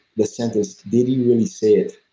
the sentence, did he really say it?